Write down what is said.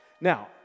Now